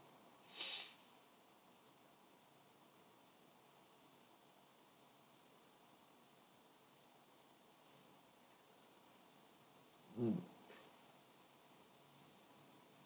mm